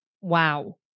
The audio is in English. Wow